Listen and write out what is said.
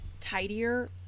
tidier